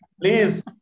Please